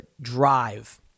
drive